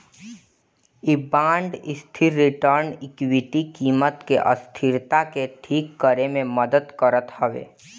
इ बांड स्थिर return equity कीमत के अस्थिरता के ठीक करे में मदद करत हवे